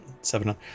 seven